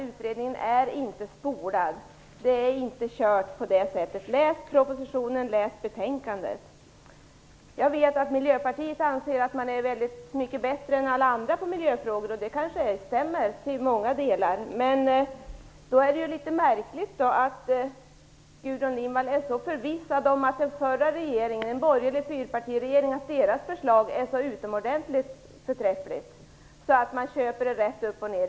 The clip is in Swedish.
Utredningen är inte spolad, det är inte kört. Läs propositionen, läs betänkandet. Jag vet att miljöpartister anser att de är väldigt mycket bättre än alla andra på miljöfrågor, och det kanske stämmer i många delar. Men då är det litet märkligt att Gudrun Lindvall är så förvissad om att den förra borgerliga fyrpartiregeringens förslag är så utomordentligt förträffligt att man köper det rakt upp och ner.